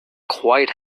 quite